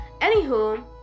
anywho